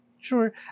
Sure